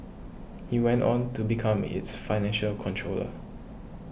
he went on to become its financial controller